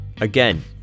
Again